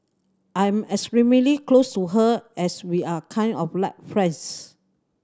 I'm extremely close to her as we are kind of like friends